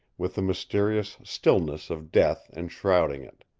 with the mysterious stillness of death enshrouding it.